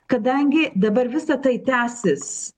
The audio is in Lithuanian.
kadangi dabar visa tai tęsis